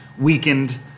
weakened